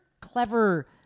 clever